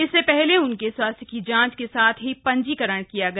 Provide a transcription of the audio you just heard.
इससे पहले उनके स्वास्थ्य की जांच के साथ ही पंजीकरण किया गया